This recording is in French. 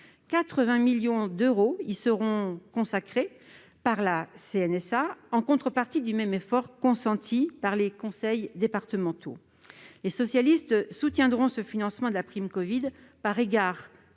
de solidarité pour l'autonomie, la CNSA, en contrepartie du même effort consenti par les conseils départementaux. Les socialistes soutiendront ce financement de la prime covid, par égard